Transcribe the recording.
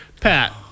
Pat